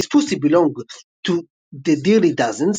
This Pussy Belong To Me ו-The Dirty Dozens,